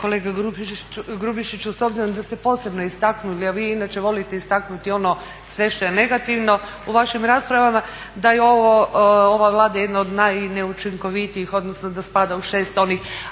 Kolega Grubišiću s obzirom da ste posebno istaknuli, a vi inače volite istaknuti ono sve što je negativno u vašim raspravama da je ova Vlada jedna od najneučinkovitijih odnosno da spada u 6 onih,